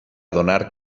donar